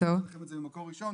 שהיא תספר לכם על זה ממקור ראשון.